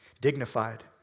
Dignified